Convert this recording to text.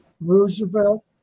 Roosevelt